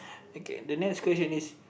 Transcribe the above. okay the next question is